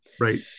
right